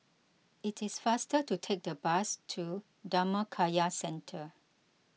it is faster to take the bus to Dhammakaya Centre